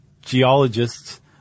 geologists